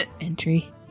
Entry